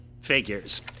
Figures